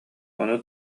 ону